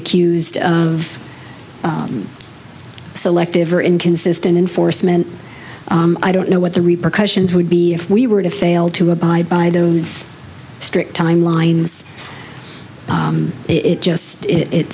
accused of selective or inconsistent enforcement i don't know what the repercussions would be if we were to fail to abide by those strict timelines it just it